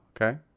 okay